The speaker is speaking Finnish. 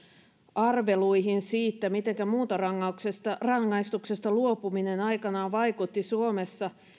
arveluihin siitä mitenkä muuntorangaistuksesta luopuminen aikanaan vaikutti suomessa